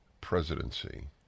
presidency